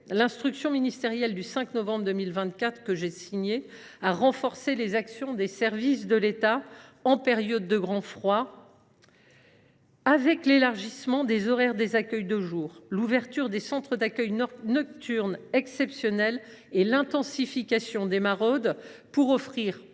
L’instruction ministérielle du 5 novembre 2024, que j’ai signée, a renforcé l’action des services de l’État en période de grand froid, en prévoyant l’élargissement des horaires des accueils de jour, l’ouverture de centres d’accueil nocturnes exceptionnels et l’intensification des maraudes pour offrir